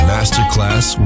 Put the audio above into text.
Masterclass